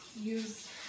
use